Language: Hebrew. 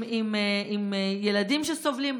עם ילדים שסובלים,